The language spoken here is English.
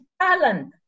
talent